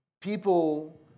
People